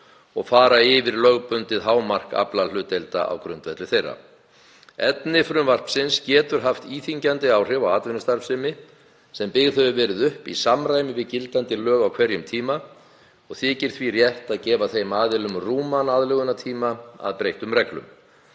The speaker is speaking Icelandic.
og fara yfir lögbundið hámark aflahlutdeilda á grundvelli þeirra. Efni frumvarpsins getur haft íþyngjandi áhrif á atvinnustarfsemi sem byggð hefur verið upp í samræmi við gildandi lög á hverjum tíma og þykir því rétt að gefa þeim aðilum rúman aðlögunartíma að breyttum reglum.